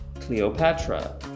Cleopatra